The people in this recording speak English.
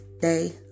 day